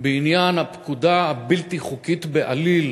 בעניין הפקודה הבלתי-חוקית בעליל,